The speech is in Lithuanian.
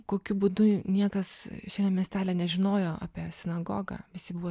kokiu būdu niekas šiame miestelyje nežinojo apie sinagogą visi buvo